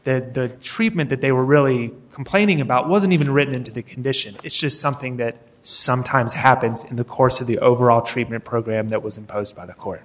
that the treatment that they were really complaining about wasn't even written into the condition it's just something that sometimes happens in the course of the overall treatment program that was imposed by the court